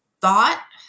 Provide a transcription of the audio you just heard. thought